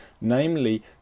Namely